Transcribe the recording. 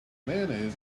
mayonnaise